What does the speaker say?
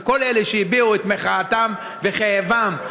וכל אלה שהביעו את מחאתם וכאבם.